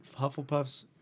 Hufflepuffs